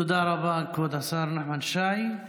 תודה רבה, כבוד השר נחמן שי.